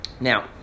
Now